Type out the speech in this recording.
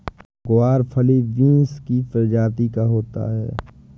ग्वारफली बींस की प्रजाति का होता है